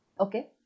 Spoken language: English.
Okay